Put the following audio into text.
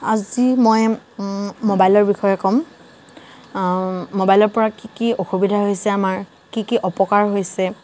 আজি মই মোবাইলৰ বিষয়ে ক'ম মোবাইলৰ পৰা কি কি অসুবিধা হৈছে আমাৰ কি কি অপকাৰ হৈছে